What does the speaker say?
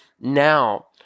now